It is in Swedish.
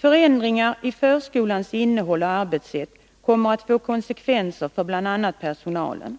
Förändringar i förskolans innehåll och arbetssätt kommer att få konsekvenser för bl.a. personalen.